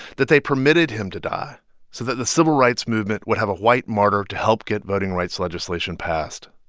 that they permitted him to die so that the civil rights movement would have a white martyr to help get voting rights legislation passed.